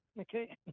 Okay